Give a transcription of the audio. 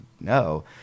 no